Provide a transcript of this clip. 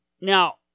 Now